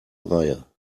reihe